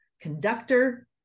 conductor